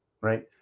right